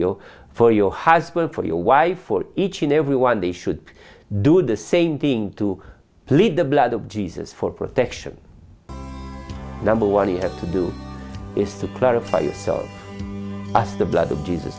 your for your husband for your wife for each and every one they should do the same thing to lead the blood of jesus for protection number one you have to do is to clarify you tell us the blood of jesus